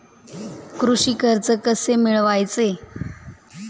कृषी कर्ज कसे मिळवायचे?